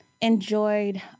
enjoyed